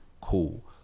cool